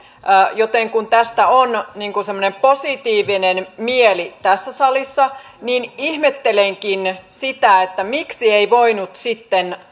joten kun tästä on niin kuin semmoinen positiivinen mieli tässä salissa ihmettelenkin sitä miksi ei voitu sitten